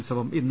ഉത്സവം ഇന്ന്